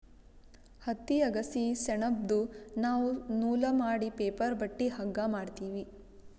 ಹತ್ತಿ ಅಗಸಿ ಸೆಣಬ್ದು ನಾವ್ ನೂಲ್ ಮಾಡಿ ಪೇಪರ್ ಬಟ್ಟಿ ಹಗ್ಗಾ ಮಾಡ್ತೀವಿ